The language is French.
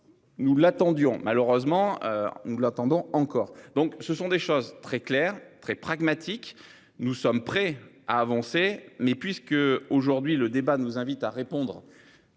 Nous l'attendions malheureusement nous l'attendons encore. Donc ce sont des choses très claires, très pragmatique. Nous sommes prêts à avancer mais puisque aujourd'hui le débat nous invite à répondre.